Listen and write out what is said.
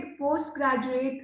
postgraduate